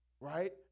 right